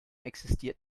existiert